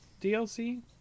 DLC